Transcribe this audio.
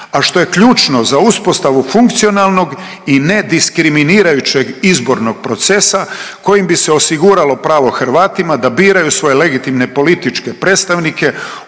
a što je ključno za uspostavu funkcionalnog i nediskriminirajućeg izbornog procesa kojim bi se osiguralo pravo Hrvatima da biraju svoje legitimne političke predstavnike